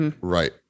right